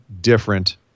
different